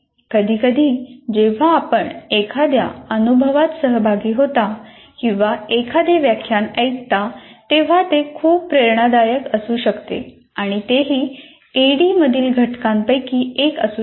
कधीकधी जेव्हा आपण एखाद्या अनुभवात सहभागी होता किंवा एखादे व्याख्यान ऐकता तेव्हा ते खूप प्रेरणादायक असू शकते आणि तेही ऍडी मधील घटकांपैकी एक असू शकते